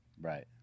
Right